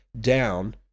down